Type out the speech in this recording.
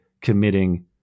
committing